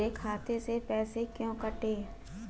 मेरे खाते से पैसे क्यों कटे?